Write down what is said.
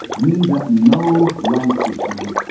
ye that know righteousness,